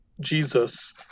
Jesus